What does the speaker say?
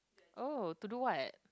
oh to do what